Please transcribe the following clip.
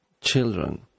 children